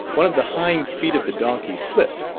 one of the hind feet of the donkey slipped,